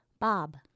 Bob